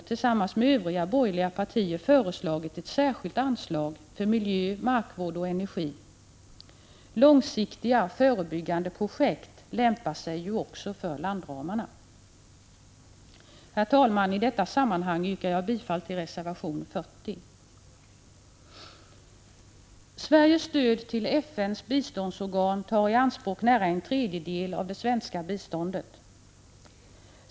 Tillsammans med övriga borgerliga partier har vi därför föreslagit ett särskilt anslag för miljö, markvård och energi. Långsiktiga, förebyggande projekt lämpar sig ju också för finansiering via landramarna. Herr talman! I detta sammanhang yrkar jag bifall till reservation 40. Sveriges stöd till FN:s biståndsorgan tar i anspråk nära en tredjedel av det svenska biståndet.